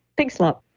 pig slop.